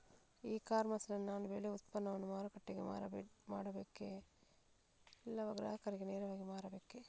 E commerce ನಲ್ಲಿ ನಾನು ಬೆಳೆ ಉತ್ಪನ್ನವನ್ನು ಮಾರುಕಟ್ಟೆಗೆ ಮಾರಾಟ ಮಾಡಬೇಕಾ ಇಲ್ಲವಾ ಗ್ರಾಹಕರಿಗೆ ನೇರವಾಗಿ ಮಾರಬೇಕಾ?